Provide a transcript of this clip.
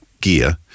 gear